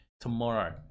tomorrow